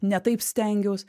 ne taip stengiaus